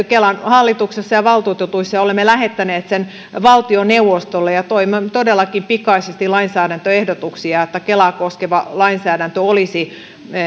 kelan hallituksessa ja valtuutetuissa ja olemme lähettäneet sen valtioneuvostolle toivomme todellakin pikaisesti lainsäädäntöehdotuksia jotta kelaa koskeva lainsäädäntö olisi